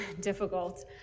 difficult